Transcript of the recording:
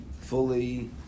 fully